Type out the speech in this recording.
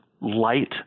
light